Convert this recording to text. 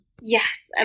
Yes